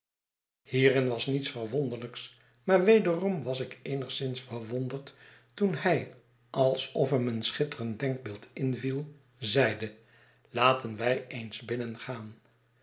hierin was niets verwonderlijks maar wederom was ik eenigszins verwonderd toen hij alsof hem een schitterend denkbeeld inviel zeide laten wij eens binnengaan